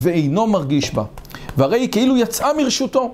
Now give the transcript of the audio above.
ואינו מרגיש בה, והרי כאילו יצאה מרשותו.